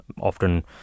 often